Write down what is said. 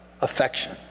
affection